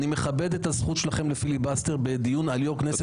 אני מכבד את הזכות שלכם לפיליבסטר בדיון על יושב-ראש כנסת,